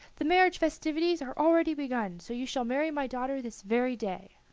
the marriage festivities are already begun, so you shall marry my daughter this very day.